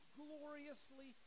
gloriously